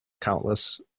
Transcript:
countless